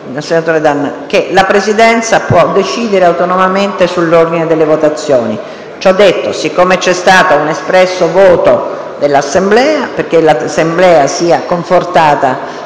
che la Presidenza può decidere autonomamente sull'ordine delle votazioni. Ciò detto, siccome c'è stato un espresso voto dell'Assemblea, affinché la stessa sia confortata